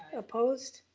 opposed?